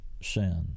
sin